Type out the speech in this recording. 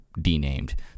denamed